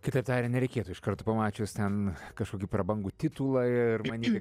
kitaip tarian nereikėtų iš karto pamačius ten kažkokį prabangų titulą ir manyti